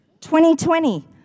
2020